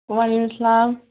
وعلیکُم اسلام